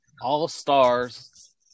all-stars